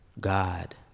God